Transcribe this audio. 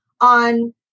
on